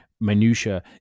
minutiae